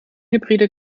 hybride